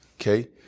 Okay